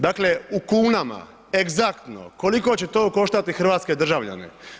Dakle, u kunama egzaktno koliko će to koštati hrvatske državljane.